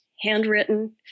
handwritten